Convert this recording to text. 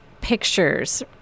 pictures